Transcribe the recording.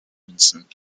münzen